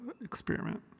experiment